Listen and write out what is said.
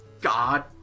God